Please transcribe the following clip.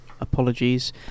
apologies